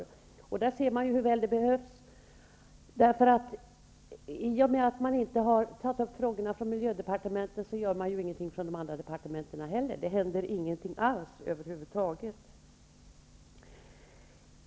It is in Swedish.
I och med att miljödepartementet inte har tagit upp frågorna gör de andra departementen ingenting heller -- det händer ingenting över huvud taget.